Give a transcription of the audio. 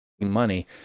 money